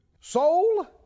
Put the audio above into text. Soul